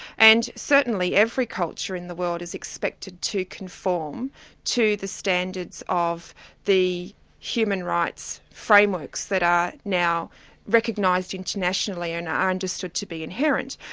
and certainly every culture in the world is expected to conform to the standards of the human rights frameworks that are now recognised internationally and are understood to be inherent.